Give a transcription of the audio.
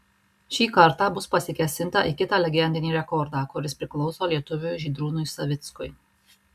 šį kartą bus pasikėsinta į kitą legendinį rekordą kuris priklauso lietuviui žydrūnui savickui